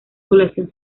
población